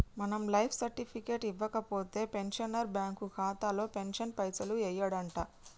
మనం life certificate ఇవ్వకపోతే pensioner bank ఖాతాలో పెన్షన్ పైసలు యెయ్యడంట